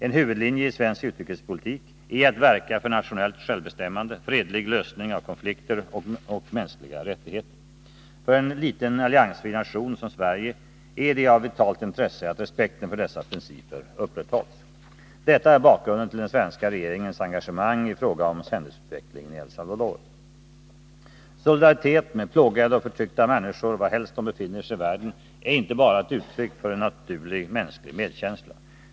En huvudlinje i svensk utrikespolitik är att verka för nationellt självbestämmande, fredlig lösning av konflikter och mänskliga rättigheter. För en liten alliansfri nation som Sverige är det av vitalt intresse att respekten för dessa principer upprätthålls. Detta är bakgrunden till den svenska regeringens engagemang i fråga om händelseutvecklingen i El Salvador. Solidaritet med plågade och förtryckta människor varhelst de befinner sig i världen är inte bara ett uttryck för en naturlig mänsklig medkänsla.